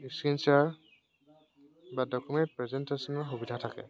screen share বা document প্ৰেজেণ্টেশ্যনৰ সুবিধা থাকে